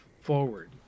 forward